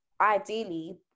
Ideally